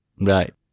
Right